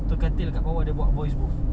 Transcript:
itu katil kat bawah dia buat voice booth